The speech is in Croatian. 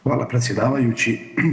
Hvala predsjedavajući.